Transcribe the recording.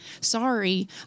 sorry